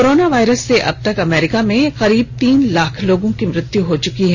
corona virus से अब तक अमरीका में करीब तीन लाख लोगों की मृत्यु हो चुकी है